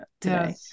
today